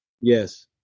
yes